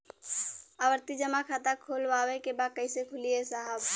आवर्ती जमा खाता खोलवावे के बा कईसे खुली ए साहब?